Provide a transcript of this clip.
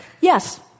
yes